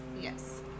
Yes